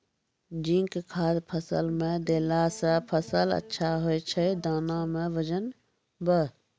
zinc खाद फ़सल मे देला से फ़सल अच्छा होय छै दाना मे वजन ब